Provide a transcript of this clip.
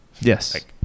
Yes